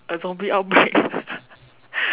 a zombie outbreak